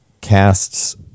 casts